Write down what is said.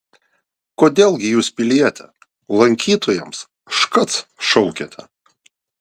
kodėl gi jūs piliete lankytojams škac šaukiate